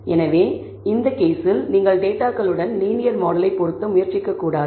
எனவே இந்த கேஸில் நீங்கள் டேட்டாகளுடன் லீனியர் மாடலை பொருத்த முயற்சிக்கக்கூடாது